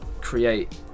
create